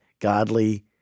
godly